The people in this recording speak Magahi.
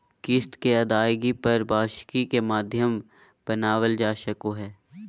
किस्त के अदायगी पर ही वार्षिकी के माध्यम बनावल जा सको हय